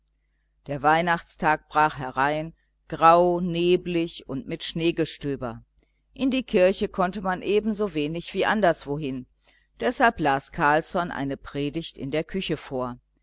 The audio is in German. der weihnachtstag brach herein grau neblig und mit schneegestöber in die kirche konnte man ebensowenig wie anderswohin deshalb las carlsson eine predigt in der küche vor